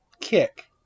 kick